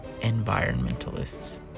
environmentalists